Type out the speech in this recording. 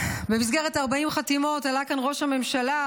במסגרת 40 חתימות עלה כאן ראש הממשלה,